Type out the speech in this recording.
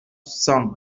cent